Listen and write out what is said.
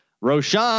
Roshan